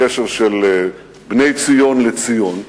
הקשר של בני-ציון לציון.